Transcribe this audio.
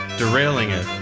derailing it.